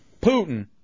Putin